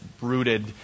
rooted